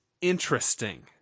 interesting